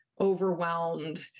overwhelmed